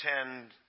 attend